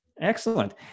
Excellent